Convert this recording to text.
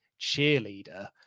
cheerleader